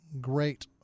great